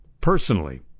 personally